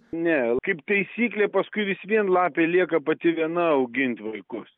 ne kaip taisyklė paskui vis vien lapė lieka pati viena augint vaikus